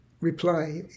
reply